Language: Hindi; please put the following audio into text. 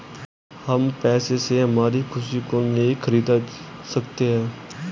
हम पैसे से हमारी खुशी को नहीं खरीदा सकते है